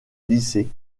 lycée